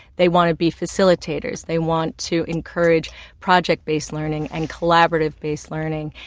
they want to be facilitators, they want to encourage project-based learning and collaborative-based learning,